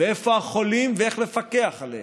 ואיפה החולים ואיך לפקח עליהם,